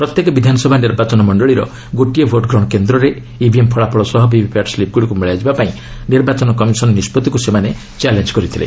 ପ୍ରତ୍ୟେକ ବିଧାନସଭା ନିର୍ବାଚନ ମଣ୍ଡଳୀର ଗୋଟିଏ ଭୋଟ୍ ଗ୍ରହଣ କେନ୍ଦ୍ରରେ ଇଭିଏମ୍ ଫଳାଫଳ ସହ ଭିଭିପାଟ୍ ସ୍ଲିପ୍ଗୁଡ଼ିକୁ ମିଳାଯିବା ପାଇଁ ନିର୍ବାଚନ କମିଶନ୍ ନିଷ୍କଭିକୁ ସେମାନେ ଚ୍ୟାଲେଞ୍ଜ କରିଥିଲେ